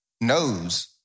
knows